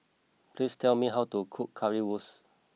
please tell me how to cook Currywurst